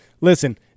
listen